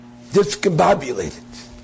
discombobulated